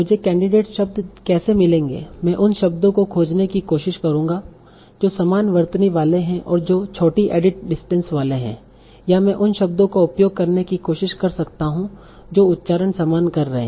मुझे कैंडिडेट शब्द कैसे मिलेंगे मैं उन शब्दों को खोजने की कोशिश करूंगा जो समान वर्तनी वाले हैं और जो छोटी एडिट डिस्टेंस वाले हैं या मैं उन शब्दों का उपयोग करने की कोशिश कर सकता हूं जो उच्चारण समान कर रहे हैं